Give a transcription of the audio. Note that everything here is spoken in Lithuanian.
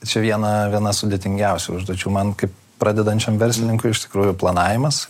tačiau viena viena sudėtingiausių užduočių man kaip pradedančiam verslininkui iš tikrųjų planavimas